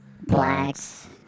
Blacks